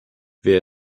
wer